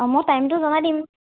অ মই টাইমটো জনাই দিম